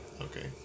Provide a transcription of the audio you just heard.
Okay